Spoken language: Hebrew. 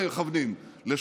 הם בכוונה מכוונים לאזרחים,